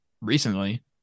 recently